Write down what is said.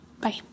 Bye